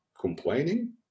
complaining